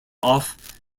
off